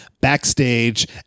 backstage